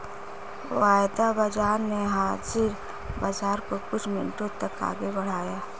वायदा बाजार ने हाजिर बाजार को कुछ मिनटों तक आगे बढ़ाया